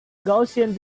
gaussian